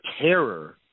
terror